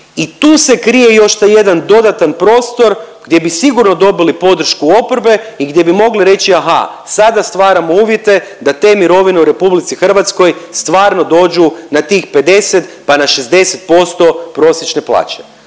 i tu se krije još taj jedan dodatan prostor gdje bi sigurno dobili podršku oporbe i gdje bi mogli reći, aha, sada stvaramo uvjete da te mirovine u RH stvarno dođu na tih 50 pa na 60% prosječne plaće,